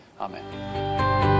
amen